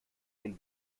den